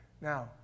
Now